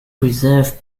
preserve